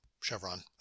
Chevron